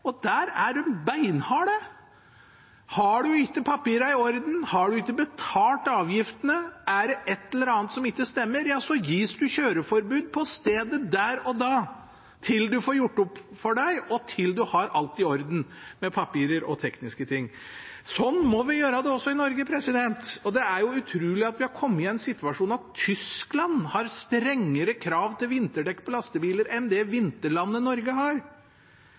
og der er de beinharde. Har man ikke papirene i orden, har man ikke betalt avgiftene, er det et eller annet som ikke stemmer, ja, da gis man kjøreforbud på stedet, der og da, til man får gjort opp for seg, og til man har alt i orden med papirer og tekniske ting. Sånn må vi gjøre det også i Norge. Det er utrolig at vi har kommet i en situasjon der Tyskland har strengere krav til vinterdekk på lastebiler enn det vinterlandet Norge har.